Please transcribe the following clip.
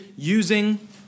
using